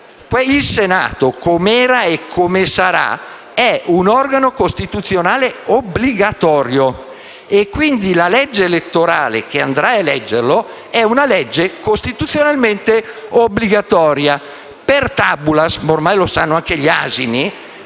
il Senato, come era e come sarà, è un organo costituzionale obbligatorio. Quindi, la legge elettorale che andrà a eleggerlo è una legge costituzionalmente obbligatoria. *Per tabulas*, come ormai sanno anche gli asini,